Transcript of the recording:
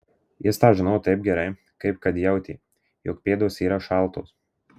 jis tą žinojo taip gerai kaip kad jautė jog pėdos yra šaltos